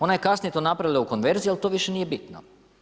Ona je kasnije napravila u konverziji ali to više nije bitno.